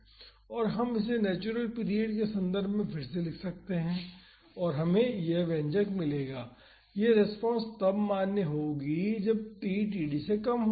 और हम इसे नेचुरल पीरियड के संदर्भ में फिर से लिख सकते हैं और हमें यह व्यंजक मिल जायेगा और यह रेस्पॉन्स तब मान्य होगी जब t td से कम हो